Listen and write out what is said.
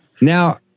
now